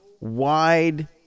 wide